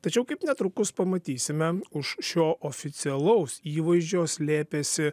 tačiau kaip netrukus pamatysime už šio oficialaus įvaizdžio slėpėsi